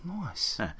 Nice